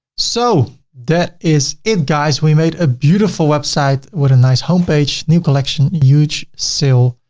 so that is it guys. we made a beautiful website with a nice homepage, new collection, huge sale.